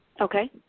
Okay